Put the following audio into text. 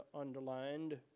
underlined